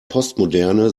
postmoderne